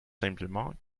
simplement